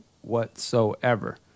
whatsoever